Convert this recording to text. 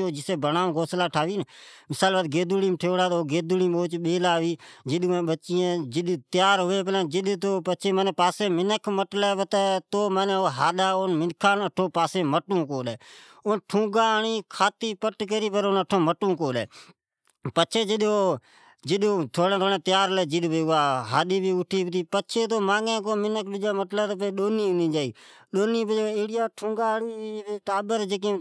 او بیلا ری او بڑامین مثال طور گیدوڑی مین ٹھاوی تو سجو ڈن گیدوری نمین بیلا رئی پچھے کو منکھ مٹلے پتے تو اوجی فٹلے ،او پچھے مٹون کو ڈی ٹھونگا ھڑتے پٹ کری اٹھوم مٹون کو ڈی۔ پچھے جڈ اوین ٹھورین موٹے ھوین ٹو پچھے ھاڈی بہ این ھڈا ڈونی کھاتی پٹ کری کو دکنی ٹابر ھوی